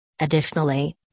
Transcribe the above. Additionally